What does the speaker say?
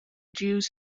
jews